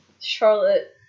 Charlotte